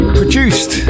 produced